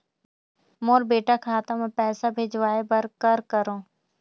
मोर बेटा खाता मा पैसा भेजवाए बर कर करों?